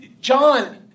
John